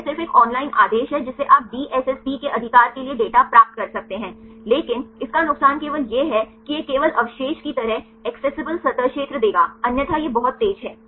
यह सिर्फ एक ऑनलाइन आदेश है जिससे आप डीएसएसपी के अधिकार के लिए डेटा प्राप्त कर सकते हैं लेकिन इसका नुकसान केवल यह है कि यह केवल अवशेष की तरह एक्सेसिबल सतह क्षेत्र देगा अन्यथा यह बहुत तेज है